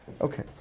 Okay